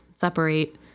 separate